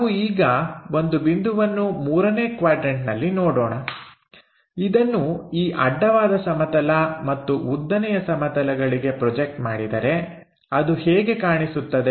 ನಾವು ಈಗ ಒಂದು ಬಿಂದುವನ್ನು ಮೂರನೇ ಕ್ವಾಡ್ರನ್ಟನಲ್ಲಿ ನೋಡೋಣ ಇದನ್ನು ಈ ಅಡ್ಡ ವಾದ ಸಮತಲ ಮತ್ತು ಉದ್ದನೆಯ ಸಮತಲಗಳಿಗೆ ಪ್ರೊಜೆಕ್ಟ್ ಮಾಡಿದರೆ ಅದು ಹೇಗೆ ಕಾಣಿಸುತ್ತದೆ